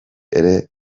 ere